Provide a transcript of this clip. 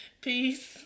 Peace